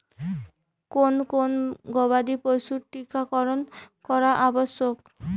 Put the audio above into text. কোন কোন গবাদি পশুর টীকা করন করা আবশ্যক?